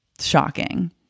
shocking